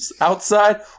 outside